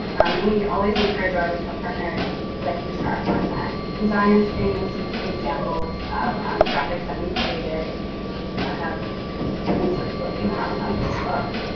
and we always encourage our retail partners to like ensure our content and so on your screen you'll see two examples of graphics that we've created have been you know and circulating around on facebook,